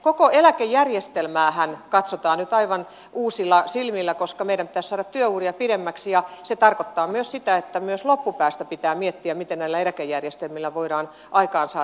koko eläkejärjestelmäähän katsotaan nyt aivan uusilla silmillä koska meidän pitäisi saada työuria pidemmäksi ja se tarkoittaa myös sitä että myös loppupäästä pitää miettiä mitä näillä eläkejärjestelmillä voidaan aikaansaada